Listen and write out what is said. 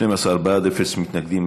אנחנו מצביעים.